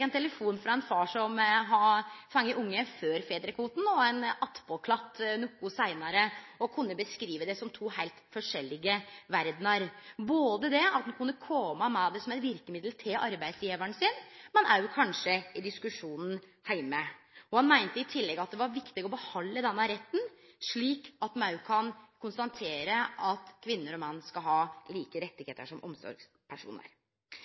ein telefon frå ein far som hadde fått barn før fedrekvoten og ein «attpåklatt» noko seinare. Han kunne beskrive det som to heilt forskjellige verder, både det at han kunne kome med det som eit verkemiddel til arbeidsgjevaren sin, men òg kanskje i diskusjonen heime. Han meinte i tillegg at det var viktig å behalde denne retten, slik at ein kan konstatere at kvinner og menn skal ha like